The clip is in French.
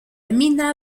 gmina